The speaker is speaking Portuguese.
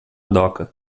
doca